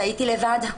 והייתי לבד,